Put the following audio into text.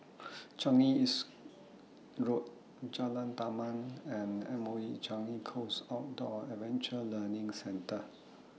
Changi East Road Jalan Taman and M O E Changi Coast Outdoor Adventure Learning Centre